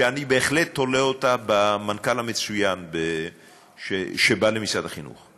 ואני בהחלט תולה אותה במנכ"ל המצוין שבא למשרד החינוך,